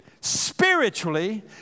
spiritually